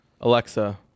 Alexa